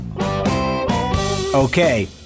Okay